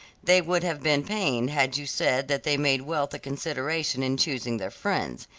they would have been pained had you said that they made wealth a consideration in choosing their friends.